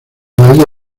valle